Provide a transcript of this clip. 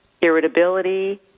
irritability